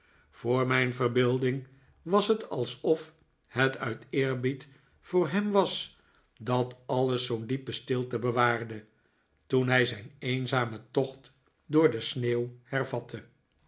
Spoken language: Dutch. voor mijn verbeelding was het alsof het uit eerbied voor hem was dat alles zoo'n diepe stilte bewaarde toen hij zijn eenzamen tocht door de sneeuw hervatte